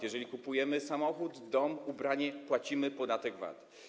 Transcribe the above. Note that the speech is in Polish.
Jeżeli kupujemy samochód, dom, ubranie, płacimy podatek VAT.